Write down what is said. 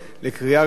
קריאה ראשונה.